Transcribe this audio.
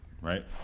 right